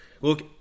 look